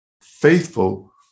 faithful